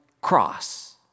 cross